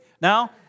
Now